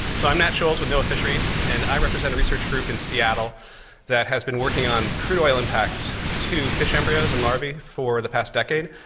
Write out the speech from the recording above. so, i am nat scholz with noaa fisheries, and i represent a research group in seattle that has been working on crude oil impacts to fish embryos and larvae for the past decade.